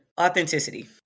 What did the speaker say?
Authenticity